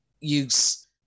use